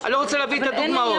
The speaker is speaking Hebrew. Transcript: ואני לא רוצה להביא את הדוגמאות.